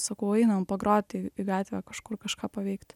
sakau einam pagrot į į gatvę kažkur kažką paveikt